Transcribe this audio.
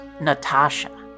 Natasha